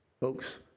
Folks